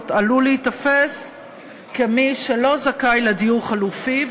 עלול להיתפס כמי שלא זכאי לדיור חלופי.